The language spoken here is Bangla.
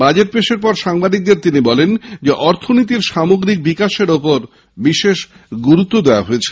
বাজেট পেশের পর সাংবাদিকদের তিনি বলেন অর্থনীতির সামগ্রিক বিকাশের ওপর গুরুত্বদেওয়া হয়েছে